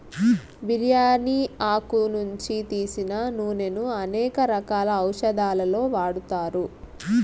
బిర్యాని ఆకు నుంచి తీసిన నూనెను అనేక రకాల ఔషదాలలో వాడతారు